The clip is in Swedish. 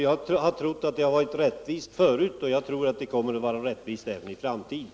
Jag har trott att det har varit ett rättvist underlag förut, och jag tror att det kommer att vara rättvist även i framtiden.